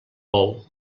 bou